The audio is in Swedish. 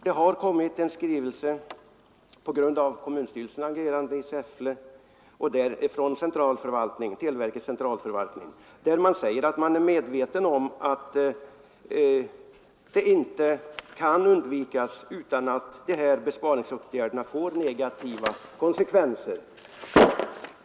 På grund av agerandet från kommunstyrelsen i Säffle har från televerkets centralförvaltning sänts en skrivelse där man säger att man är 11 medveten om att det inte kan undvikas att dessa besparingsåtgärder får negativa konsekvenser.